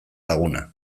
laguna